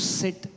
sit